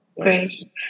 Great